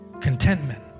contentment